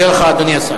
אני מודה לך, אדוני השר.